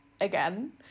again